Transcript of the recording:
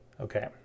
Okay